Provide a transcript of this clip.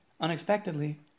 unexpectedly